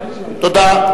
תודה.